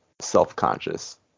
self-conscious